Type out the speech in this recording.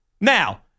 Now